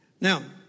Now